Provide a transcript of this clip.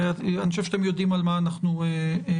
אני חושב שאתם יודעים על מה אנחנו מדברים.